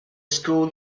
school